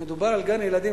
מדובר על גן-ילדים,